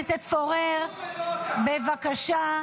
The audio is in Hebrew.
פורר, בבקשה.